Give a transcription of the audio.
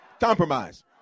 compromise